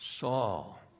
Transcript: Saul